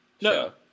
no